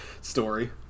story